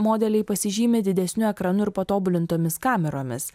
modeliai pasižymi didesniu ekranu ir patobulintomis kameromis